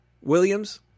Williams